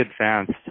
advanced